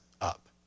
up